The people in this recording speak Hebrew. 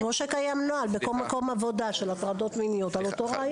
כמו שבכל מקום עבודה קיים נוהל של הטרדות מיניות על אותו רעיון,